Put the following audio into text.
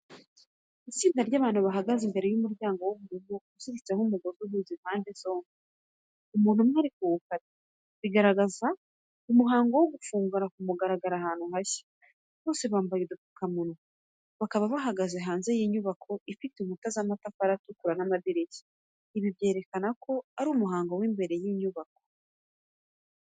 Itsinda ry’abantu bahagaze imbere y’umuryango w’ubururu uziritseho umugozi uhuza impande zombi. Umuntu umwe ari kuwukata, bigaragaza umuhango wo gufungura ku mugaragaro ahantu hashya. Bose bambaye udupfukamunwa, bakaba bahagaze hanze y’inyubako ifite inkuta z’amatafari atukura n’amadirishya. Ibi byerekana ko ari umuhango w’imbere y’inyubako.